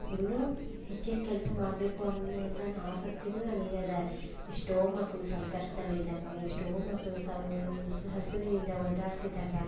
ಇನ್ನೂ ಹೆಚ್ಚಿನ ಕೆಲ್ಸ ಮಾಡಬೇಕು ಅನ್ನುವಂಥನು ಆಸಕ್ತಿನೂ ನಮಿಗೆ ಅದ ಎಷ್ಟೋ ಮಕ್ಕಳು ಸಂಕಷ್ಟದಲ್ಲಿದ್ದಾಗ ಎಷ್ಟೋ ಮಕ್ಕಳು ಸೌ ಸ್ ಹಸಿವಿನಿಂದ ಒದ್ದಾಡ್ತಿದ್ದಾಗ